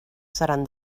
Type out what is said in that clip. seran